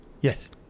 Yes